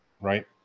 right